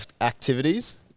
activities